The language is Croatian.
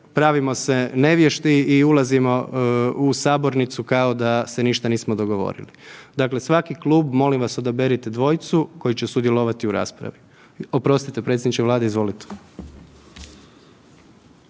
pravimo se nevješti i ulazimo u sabornicu kao da se ništa nismo dogovorili. Dakle, svaki klub, molim vas odaberite dvojicu koji će sudjelovati u raspravi. Oprostite predsjedniče Vlade, izvolite.